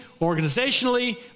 organizationally